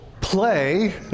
play